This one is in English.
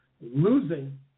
losing